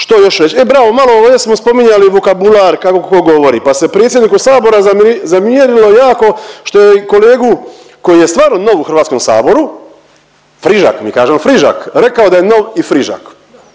Što još reć? E bravo, malo ovdje smo spominjali vokabular kako ko govori pa se predsjedniku Sabora zamjerilo jako što je kolegu koji je stvarno nov u HS-u frižak, mi kažemo frižak rekao da je nov i frižak.